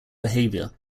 behavior